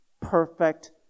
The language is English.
perfect